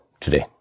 today